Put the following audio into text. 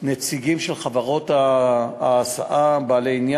נציגים של חברות ההסעה בעלי העניין